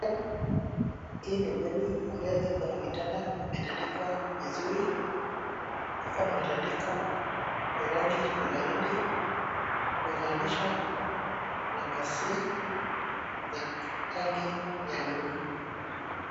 Hii ni bweni ambayo iko na vitanda vimetandikwa vizuri, ikiwa na matandiko ya rangi ya waridi imegawanyishwa na pazia la rangi ya bluu.